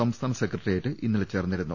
സംസ്ഥാന സെക്രട്ടേറിയറ്റ് ഇന്നലെ ചേർന്നിരുന്നു